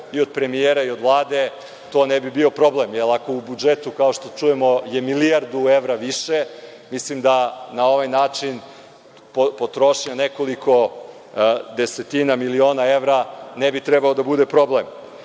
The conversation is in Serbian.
i od premijera i od Vlade, to ne bi bio problem, jer ako u budžetu, kao što čujemo je milijardu evra više, mislim da na ovaj način potrošnja nekoliko desetina miliona evra ne bi trebalo da bude problem. Ovaj